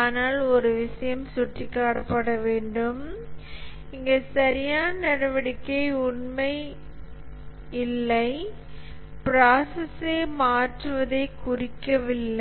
ஆனால் ஒரு விஷயம் சுட்டிக்காட்ட வேண்டும் இங்கே சரியான நடவடிக்கை உண்மையில் ப்ராசஸ்ஸை மாற்றுவதைக் குறிக்கவில்லை